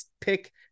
pick